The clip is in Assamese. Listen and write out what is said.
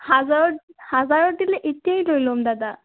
হাজাৰত হাজাৰত দিলে এতিয়াই লৈ ল'ম দাদা